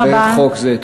לחוק זה.